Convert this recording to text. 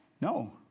No